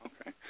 Okay